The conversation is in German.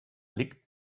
liegt